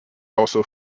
also